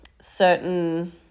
certain